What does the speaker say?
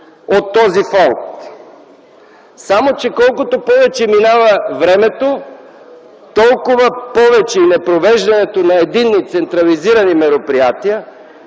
от този фонд. Само че, колкото повече минава времето и непровеждането на единни централизирани мероприятия,